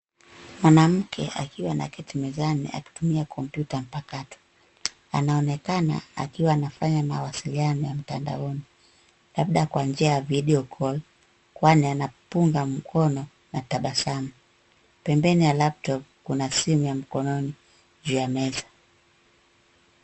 Mwanamke akiwa anaketi mezani akitumia kompyuta mpakato. Anaonekana akiwa anafanya mawasiliano ya mtandaoni, labda kwa njia ya video call , kwani anapunga mkono na tabasamu. Pembeni ya laptop , kuna simu ya mkononi juu ya meza.